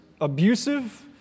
abusive